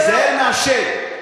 תיזהר מהשד.